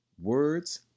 words